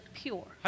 pure